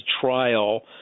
trial